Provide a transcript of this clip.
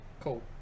cool